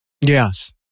Yes